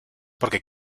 porque